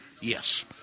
Yes